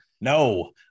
No